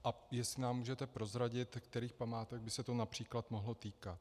A jestli nám můžete prozradit, kterých památek by se to například mohlo týkat.